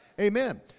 Amen